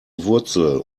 wurzel